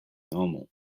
normal